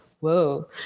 whoa